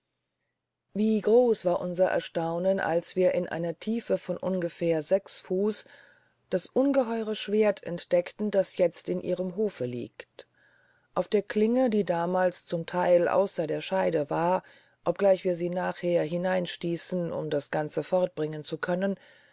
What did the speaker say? wie groß war unser erstaunen als wir in einer tiefe von ungefähr sechs fuß das ungeheure schwerd entdeckten das jetzt in ihrem hofe liegt auf der klinge die damals zum theil ausser der scheide war obgleich wir sie nachher hereinstiessen um das ganze fortbringen zu können